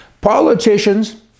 Politicians